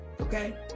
okay